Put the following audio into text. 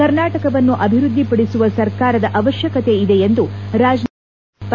ಕರ್ನಾಟಕವನ್ನು ಅಭಿವೃದ್ದಿಪಡಿಸುವ ಸರ್ಕಾರದ ಅವತ್ತಕತೆ ಇದೆ ಎಂದು ರಾಜನಾಥ್ ಸಿಂಗ್ ನುಡಿದರು